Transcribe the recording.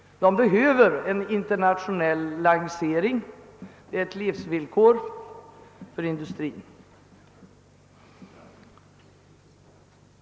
Ett internationellt lanserande är ett livsvillkor för industrin.